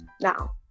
now